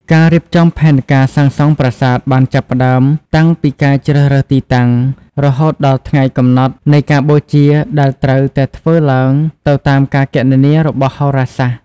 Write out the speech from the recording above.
ការរៀបចំផែនការសាងសង់ប្រាសាទបានចាប់ផ្តើមតាំងពីការជ្រើសរើសទីតាំង រហូតដល់ថ្ងៃកំណត់នៃការបូជាដែលត្រូវតែធ្វើឡើងទៅតាមការគណនារបស់ហោរាសាស្ត្រ។